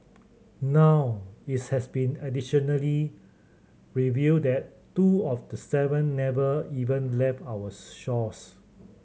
now it's has been additionally revealed that two of the seven never even left our shores